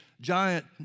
Giant